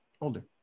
Older